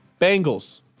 Bengals